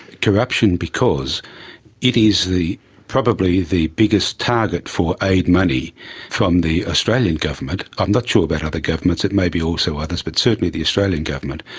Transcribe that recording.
corruption because it is probably the biggest target for aid money from the australian government, i'm not sure about other governments, it may be also others, but certainly the australian government.